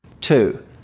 Two